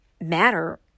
matter